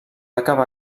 acabar